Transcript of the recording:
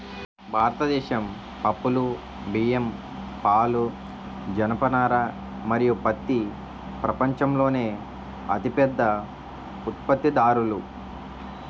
భారతదేశం పప్పులు, బియ్యం, పాలు, జనపనార మరియు పత్తి ప్రపంచంలోనే అతిపెద్ద ఉత్పత్తిదారులు